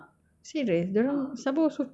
sabah sabah got voodoo shit